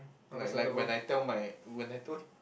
like like when I tell my when I told